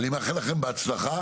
אני מאחל לכם בהצלחה.